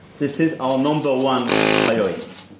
this is our number one priority.